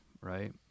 right